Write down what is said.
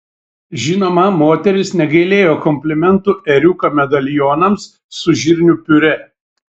žinoma moteris negailėjo komplimentų ėriuko medalionams su žirnių piurė